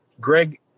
Greg